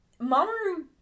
Mamoru